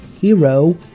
Hero